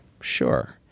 sure